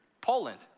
Poland